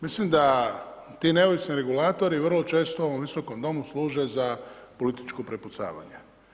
Mislim da ti neovisni regulatori vrlo često ovom Visokom domu služe za političko prepucavanje.